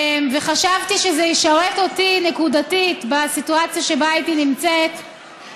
וחשבתי שזה ישרת אותי נקודתית בסיטואציה שבה הייתי נמצאת,